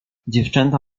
dziewczęta